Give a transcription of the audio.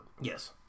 Yes